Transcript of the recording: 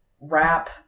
rap